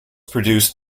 produced